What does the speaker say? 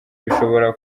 bishobora